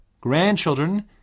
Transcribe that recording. grandchildren